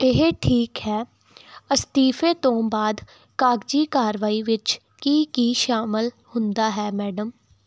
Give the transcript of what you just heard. ਇਹ ਠੀਕ ਹੈ ਅਸਤੀਫ਼ੇ ਤੋਂ ਬਾਅਦ ਕਾਗਜ਼ੀ ਕਾਰਵਾਈ ਵਿੱਚ ਕੀ ਕੀ ਸ਼ਾਮਲ ਹੁੰਦਾ ਹੈ ਮੈਡਮ